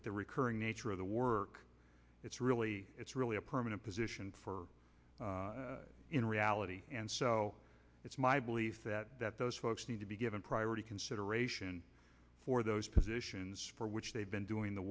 at the recurring nature of the work it's really it's really a permanent position for in reality and so it's my belief that those folks need to be given priority consideration for those positions for which they've been doing the